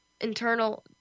internal